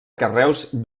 carreus